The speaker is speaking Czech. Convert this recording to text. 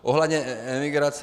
Ohledně imigrace.